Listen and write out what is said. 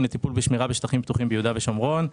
לטיפול בשמירה בשטחים פתוחים ביהודה ושומרון,